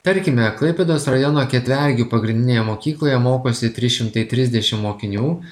tarkime klaipėdos rajono ketvergių pagrindinėje mokykloje mokosi trys šimtai trisdešim mokinių